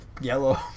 yellow